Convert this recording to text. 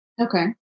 Okay